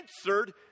answered